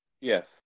Yes